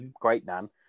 great-nan